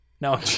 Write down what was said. No